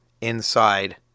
inside